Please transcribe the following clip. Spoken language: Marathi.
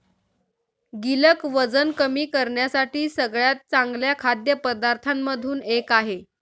गिलक वजन कमी करण्यासाठी सगळ्यात चांगल्या खाद्य पदार्थांमधून एक आहे